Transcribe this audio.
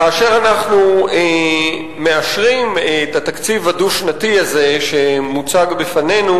כאשר אנחנו מאשרים את התקציב הדו-שנתי הזה שמוצג בפנינו,